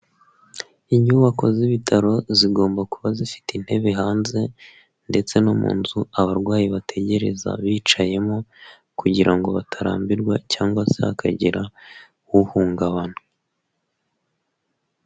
Inyubako z'ibitaro zigomba kuba zifite intebe hanze ndetse no mu nzu abarwayi bategereza bicayemo, kugira ngo batarambirwa cyangwa se hakagira uhungabana.